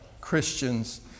Christians